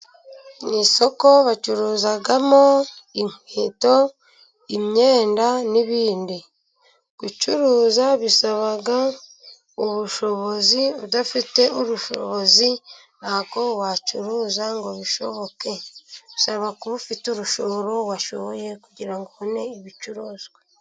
Mu isoko bacuruzamo inkweto, imyenda n'ibindi. Gucuruza bisaba ubushobozi, udafite ubushobozi ntabwo wacuruza ngo bishoboke, bisaba kuba ufite urushoro washoboye, kugira ngo ubone ibicuruzwa.